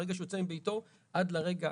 מהרגע שהוא יוצא מביתו עד לרגע,